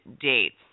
dates